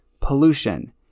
pollution